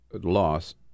loss